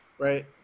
right